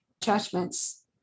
judgments